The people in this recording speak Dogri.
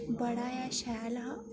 बड़ा गै शैल हा